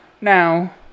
Now